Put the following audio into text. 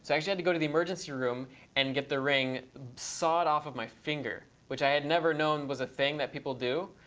so i had to go to the emergency room and get the ring sawed off of my finger, which i had never known was a thing that people do.